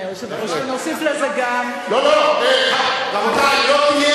ונוסיף לזה גם את חוק טל, למה?